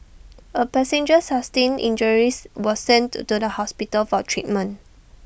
A passenger sustained injuries was sent to to the hospital for treatment